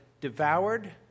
devoured